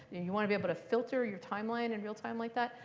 you want to be able to filter your timeline in real time like that.